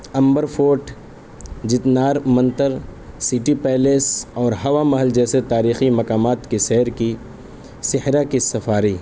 امبر fort جتنارک Mantar city palace اور ہوا محل جیسے تاریخی مقامات کی سیر کی صحرا کی سفاری